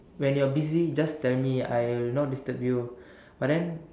when you're busy just tell me I will not disturb you but then